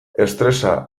estresa